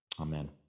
Amen